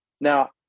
Now